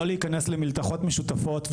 לא להיכנס למלתחות משותפות,